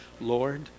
Lord